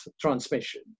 transmission